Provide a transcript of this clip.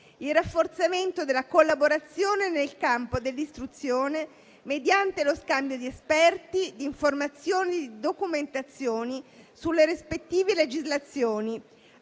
il rafforzamento della collaborazione nel campo dell'istruzione mediante lo scambio di esperti, di informazioni e documentazioni sulle rispettive legislazioni,